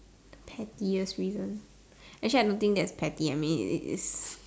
pettiest reason actually I don't think that's petty it is